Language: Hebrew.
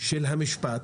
של המשפט